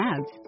Ads